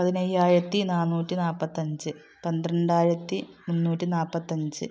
പതിനയ്യായിരത്തിനാനൂറ്റിനാൽപ്പത്തഞ്ച് പന്ത്രണ്ടായിരത്തി മുന്നൂറ്റിനാൽപ്പത്തഞ്ച്